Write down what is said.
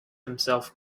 himself